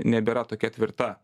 nebėra tokia tvirta